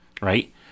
right